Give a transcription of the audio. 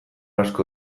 asko